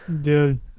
Dude